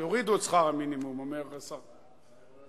שיורידו את שכר המינימום, אומר שר התיירות.